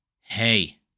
Hey